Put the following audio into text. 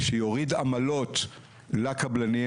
שיוריד עמלות לקבלנים,